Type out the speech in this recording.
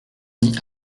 dit